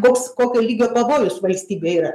koks kokio lygio pavojus valstybei yra